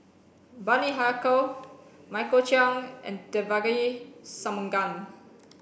Bani Haykal Michael Chiang and Devagi Sanmugam